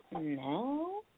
No